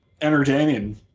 entertaining